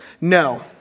No